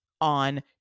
On